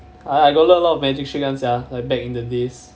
I got learn a lot of magic trick [one] sia like back in the days